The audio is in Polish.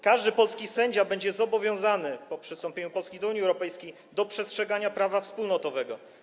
Każdy polski sędzia będzie zobowiązany, po przystąpieniu Polski do Unii Europejskiej, do przestrzegania prawa wspólnotowego.